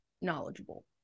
knowledgeable